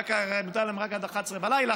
רויטל אמרה כאן: עד 23:00 בלילה.